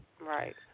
Right